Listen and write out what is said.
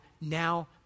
now